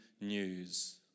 news